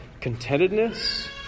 contentedness